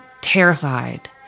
terrified